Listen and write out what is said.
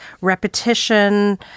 Repetition